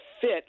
fit